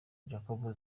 jacob